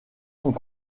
sont